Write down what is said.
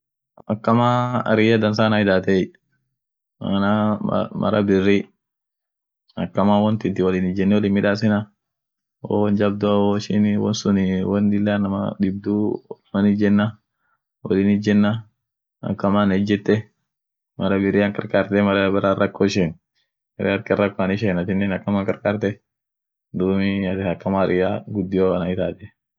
Maleishaneni ada ishia kabd ada ishianeni taa diniat iyo afan ishin dubetu iyo sheria ishiat iyo sagale ishin nyaatu sagale melishaneni biriini chinaf iyo wahindia iyo kabila tadibi chechereko wotdadaramtee lugha ishin dubetu maalei yeden afan suni afan woorat kabila gudio beresun malei dinin isiamuaf burjizimif iyo kiristonen inum jirtie amine dumi bere won duraanifa itayaani dawotan kabd akii melakisitia Georgetowni iyo amine iyo kina kinabalukpa yedeni